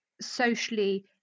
socially